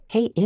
Hey